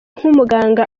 nk’umuganga